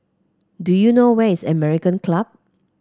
do you know where is American Club